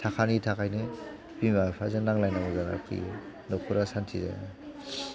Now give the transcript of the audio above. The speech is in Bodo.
थाखानि थाखायनो बिमा बिफाजों नांलायनांगौ जानानै फैयो न'खरा सान्थि जाया